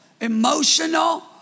emotional